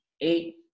eight